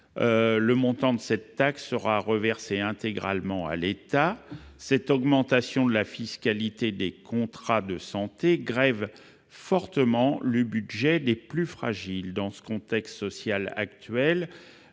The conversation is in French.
Le montant de cette taxe sera intégralement reversé à l'État. Cette augmentation de la fiscalité des contrats de santé grève fortement le budget des Français les plus fragiles. Dans le contexte social